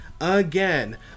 again